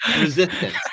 resistance